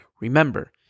Remember